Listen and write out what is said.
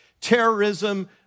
terrorism